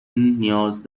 نیاز